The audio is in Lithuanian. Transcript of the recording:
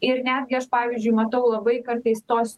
ir netgi aš pavyzdžiui matau labai kartais tos